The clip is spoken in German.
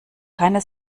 keine